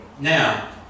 Now